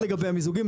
המיזוגים.